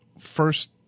first